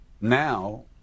now